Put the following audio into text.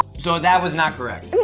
so that was not correct?